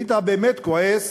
היית באמת כועס